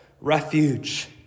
refuge